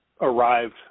arrived